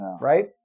right